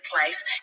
place